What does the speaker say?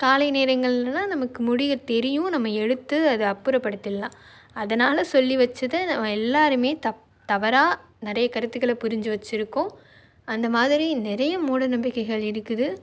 காலை நேரங்களில் தான் நமக்கு முடியை தெரியும் நம்ம எடுத்து அதை அப்புறபடுத்திடலாம் அதனால் சொல்லி வைச்சது நம்ம எல்லோருமே தப் தவறாக நிறைய கருத்துக்களை புரிஞ்சு வைச்சிருக்கோம் அந்த மாதிரி நிறைய மூட நம்பிக்கைகள் இருக்குது